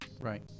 right